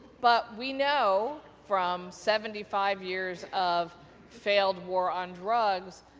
but, we know from seventy five years of failed war on drugs,